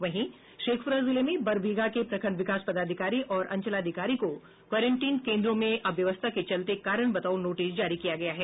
वहीं शेखपुरा जिले में बरबीघा के प्रखंड विकास पदाधिकारी और अंचलाधिकारी को क्वारेंटीन केन्द्रों में अव्यवस्था के चलते कारण बताओ नोटिस जारी किया गया है